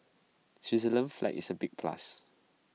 Switzerland's flag is A big plus